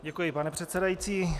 Děkuji pane předsedající.